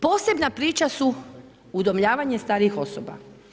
Posebna priča su udomljavanje starijih osoba.